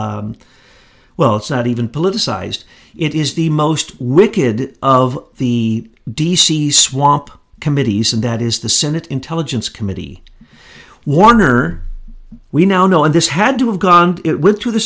well it's not even politicized it is the most wicked of the d c swamp committees and that is the senate intelligence committee wonder we now know and this had to have gone it went t